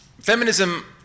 feminism